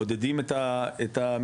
מעודדים את המחבלים.